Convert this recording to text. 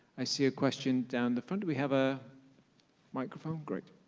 i see a question down the front. do we have a microphone? great.